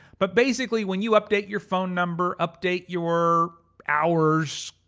but basically, when you update your phone number, update your hours,